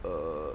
err